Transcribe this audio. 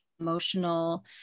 emotional